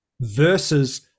versus